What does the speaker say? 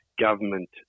Government